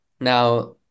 Now